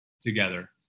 together